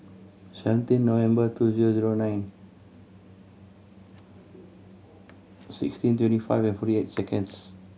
seventeen November two zero zero nine sixteen twenty five and forty eight seconds